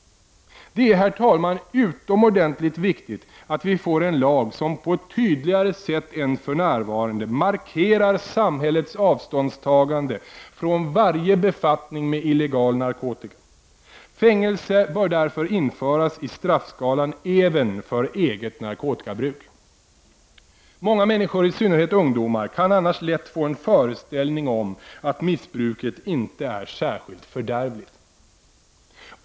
Det är, herr talman, utomordentligt viktigt att vi får en lag som på ett tydligare sätt än för närvarande markerar samhällets avståndstagande från varje befattning med illegal narkotika. Fängelse bör därför införas i straffskalan även för eget narkotikabruk. Många människor, i synnerhet ungdomar, kan annars lätt få en föreställning om att missbruket inte är särskilt fördärvligt.